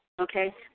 okay